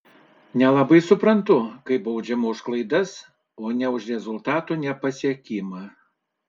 nelabai suprantu kai baudžiama už klaidas o ne už rezultatų nepasiekimą